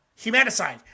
Humanicide